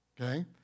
Okay